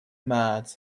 mad